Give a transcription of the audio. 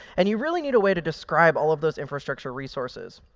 and you really need a way to describe all of those infrastructure resources.